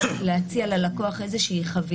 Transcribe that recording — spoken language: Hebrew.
ואז זה ייתן את התשובה לאותם עסקים שבאמת כורעים תחת הנטל.